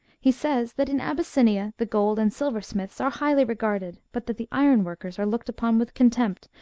he says that in abyssinia the gold and silversmiths are highly regarded, but that the ironworkers are looked upon with contempt,